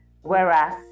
whereas